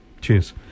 Cheers